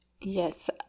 Yes